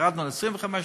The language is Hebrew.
וירדנו ל-25 דקות.